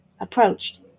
approached